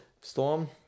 Storm